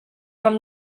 from